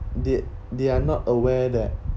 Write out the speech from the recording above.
they they are not aware that